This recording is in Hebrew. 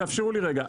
תאפשרו לי רגע,